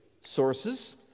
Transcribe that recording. Sources